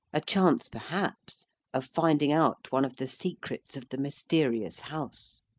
a chance perhaps of finding out one of the secrets of the mysterious house.